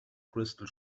crystal